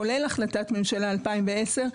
כולל החלטת ממשלה 2010,